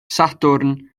sadwrn